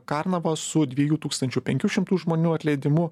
karnava su dviejų tūkstančių penkių šimtų žmonių atleidimu